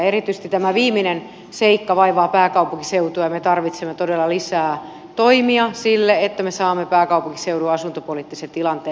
erityisesti tämä viimeinen seikka vaivaa pääkaupunkiseutua ja me tarvitsemme todella lisää toimia siihen että me saamme pääkaupunkiseudun asuntopoliittisen tilanteen haltuun